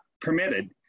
permitted